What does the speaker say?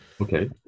Okay